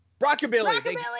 Rockabilly